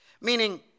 meaning